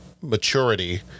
maturity